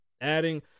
adding